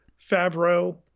Favreau